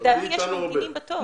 לדעתי יש ממתינים בתור.